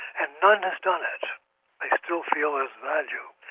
and none has done it. they still feel its value,